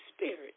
Spirit